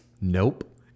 Nope